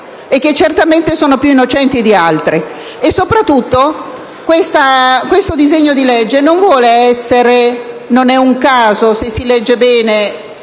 Grazie